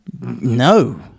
No